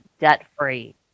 debt-free